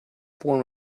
form